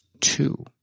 two